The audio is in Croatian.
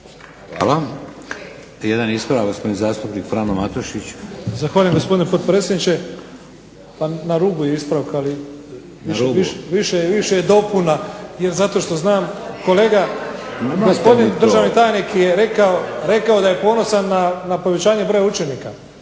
Hvala. I jedan ispravak gospodin zastupnik Frano Matušić. **Matušić, Frano (HDZ)** Zahvaljujem gospodine potpredsjedniče. Na rubu ispravka, više je dopuna zato što znam, gospodin državni tajnik je rekao da je ponosan na povećanje broja učenika,